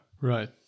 right